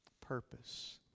purpose